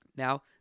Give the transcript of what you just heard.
Now